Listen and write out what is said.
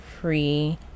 free